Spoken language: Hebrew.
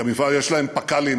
יש להם פק"לים,